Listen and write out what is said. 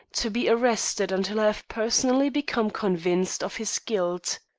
to be arrested until i have personally become convinced of his guilt.